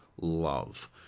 love